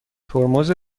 ترمز